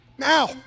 Now